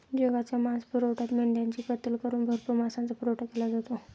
जगाच्या मांसपुरवठ्यात मेंढ्यांची कत्तल करून भरपूर मांसाचा पुरवठा केला जातो